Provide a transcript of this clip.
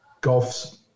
golfs